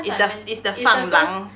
it's the it's the 放狼